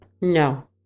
No